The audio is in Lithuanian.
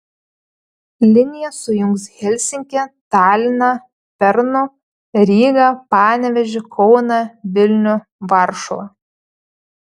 linija sujungs helsinkį taliną pernu rygą panevėžį kauną vilnių varšuvą